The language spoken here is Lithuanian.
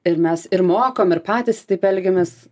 ir mes ir mokom ir patys taip elgiamės